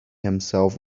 himself